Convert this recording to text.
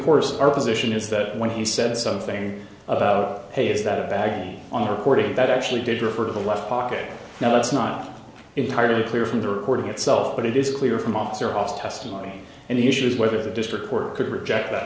course our position is that when he said something about his that abaddon on the recording that actually did refer to the left pocket now that's not entirely clear from the recording itself but it is clear from officer off testimony and the issue is whether the district court could reject that